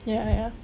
ya ya